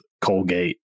Colgate